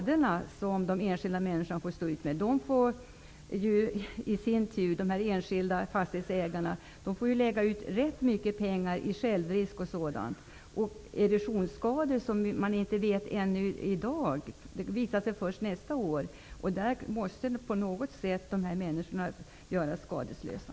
De enskilda fastighetsägare som drabbades av skadorna får lägga ut stora pengar för självrisker och sådant. Hur omfattande erosionsskadorna är vet man inte i dag. Det visar sig först nästa år. Dessa människor måste på något sätt hållas skadeslösa.